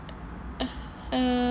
uh